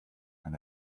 and